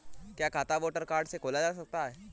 क्या खाता voter card से खोला जा सकता है?